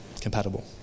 compatible